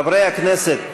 חברי הכנסת,